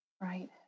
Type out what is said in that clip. Right